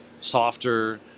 softer